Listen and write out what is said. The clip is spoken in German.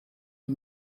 die